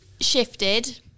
shifted